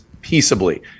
peaceably